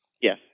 yes